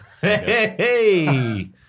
hey